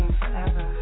forever